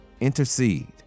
intercede